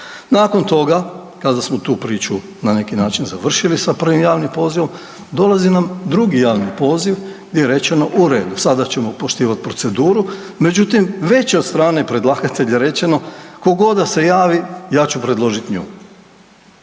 Nakon toga kada smo tu priču na neki način završili sa prvim javnim pozivom, dolazi nam drugi javni poziv, di je rečeno, u redu, sada ćemo poštivati proceduru, međutim, već je od strane predlagatelja rečeno, tko god da se javi, ja ću predložiti nju.